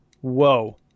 whoa